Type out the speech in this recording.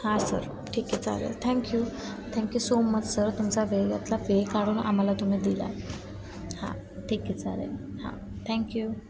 हां सर ठीक आहे चालेल thank you thank you so much sir तुमचा वेळातला वेळ काढून आम्हाला तुम्ही दिला हां ठीक आहे चालेल हां थँक्यू